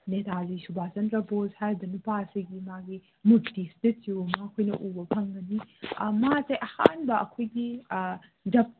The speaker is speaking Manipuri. ꯅꯦꯇꯥꯖꯤ ꯁꯨꯕꯥꯁꯆꯟꯗ꯭ꯔꯥ ꯕꯣꯁ ꯍꯥꯏꯔꯤꯕ ꯅꯨꯄꯥ ꯑꯁꯤꯒꯤ ꯃꯥꯒꯤ ꯃꯨꯔꯇꯤ ꯏꯁꯇꯦꯆꯨ ꯑꯃ ꯑꯩꯈꯣꯏꯅ ꯎꯕ ꯐꯪꯒꯅꯤ ꯃꯥꯁꯦ ꯑꯍꯥꯟꯕ ꯑꯩꯈꯣꯏꯒꯤ